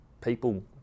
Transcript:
people